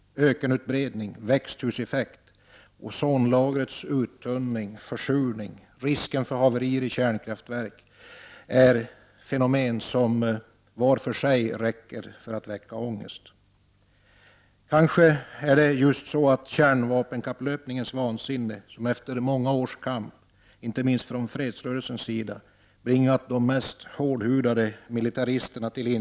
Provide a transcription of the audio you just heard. Ökenutbredning, växthuseffekt, ozonlagrets uttunning, försurning och risk för haverier i kärnkraftverk är fenomen som vart för sig räcker för att väcka ångest. Kanske är det just kärnvapenkapplöpningens vansinne som efter många års kamp, inte minst från fredsrörelsens sida, bringat även de mest hårdhudade militäristerna till — Prot.